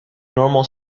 normal